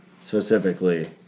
specifically